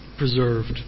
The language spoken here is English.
Preserved